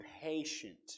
patient